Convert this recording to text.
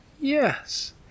Yes